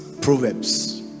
proverbs